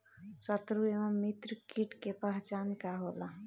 सत्रु व मित्र कीट के पहचान का होला?